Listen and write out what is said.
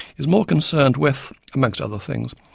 is more concerned with, amongst other things,